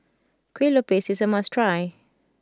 Kuih Lopes is a must try